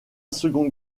seconde